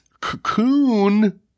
cocoon